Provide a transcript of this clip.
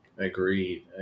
Agreed